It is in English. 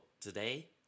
today